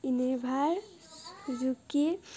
ইনেইভাৰ Juki